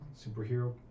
superhero